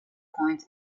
point